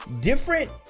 different